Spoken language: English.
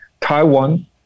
Taiwan